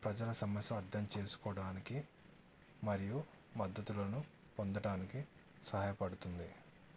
ప్రజల సమస్య అర్థం చేసుకోవడానికి మరియు మద్ద్దతులను పొందటానికి సహాయపడుతుంది